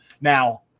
now